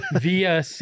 via